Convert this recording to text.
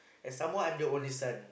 and some more I'm the only son